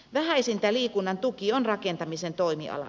vähäisintä liikunnan tuki on rakentamisen toimialalla